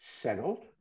settled